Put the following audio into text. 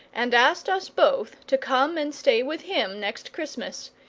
and asked us both to come and stay with him next christmas,